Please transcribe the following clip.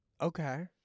Okay